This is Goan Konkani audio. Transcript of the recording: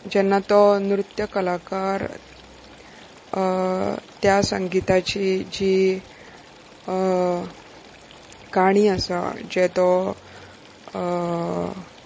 जेन्ना तो नृत्य कलाकार त्या संगीताची जी काणी आसा जे तो